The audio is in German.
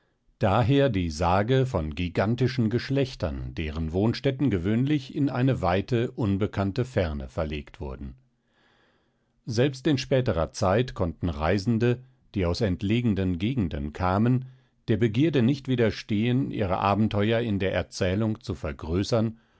daher die sage von gigantischen geschlechtern deren wohnstätten gewöhnlich in eine weite unbekannte ferne verlegt wurden selbst in späterer zeit konnten reisende die aus entlegenen gegenden kamen der begierde nicht widerstehen ihre abenteuer in der erzählung zu vergrößern